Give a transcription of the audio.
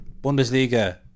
Bundesliga